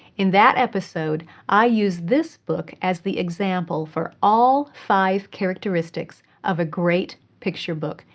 in that episode, i use this book as the example for all five characteristics of a great picture book.